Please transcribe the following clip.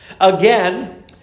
Again